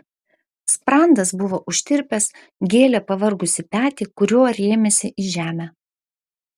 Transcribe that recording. sprandas buvo užtirpęs gėlė pavargusį petį kuriuo rėmėsi į žemę